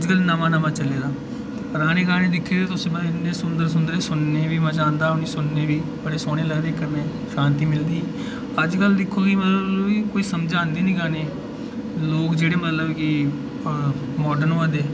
अज्जकल नमां नमां चले दा पराने गाने दिक्खी लैओ इ'न्ने सुंदर सुंदर ऐ मतलब सुनने बी मज़ा आंदा सुनने बी बड़े सोह्ने लगदे कन्नै शांति मिलदी अज्जकल दिक्खो कि मतलब कोई समझ आंदी निं गाने दी लोग जेहड़े मतलब कि मॉडर्न होआ दे